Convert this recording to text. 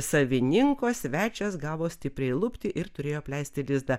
savininko svečias gavo stipriai lupti ir turėjo apleisti lizdą